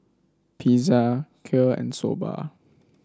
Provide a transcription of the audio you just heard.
Pizza Kheer and Soba